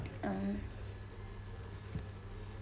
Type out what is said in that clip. uh